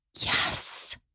Yes